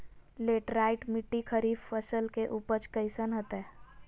Laterite मिट्टी खरीफ फसल के उपज कईसन हतय?